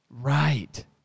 Right